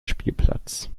spielplatz